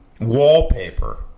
wallpaper